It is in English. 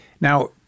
Now